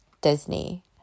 Disney